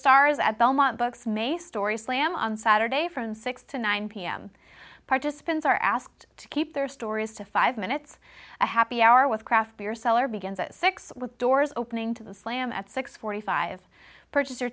stars at belmont books may story slam on saturday from six to nine pm participants are asked to keep their stories to five minutes a happy hour with craft beer seller begins at six with doors opening to the slam at six hundred and forty five purchase